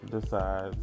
decides